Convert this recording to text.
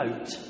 out